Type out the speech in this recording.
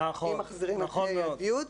אם מחזירים את ה' עד י'.